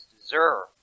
deserve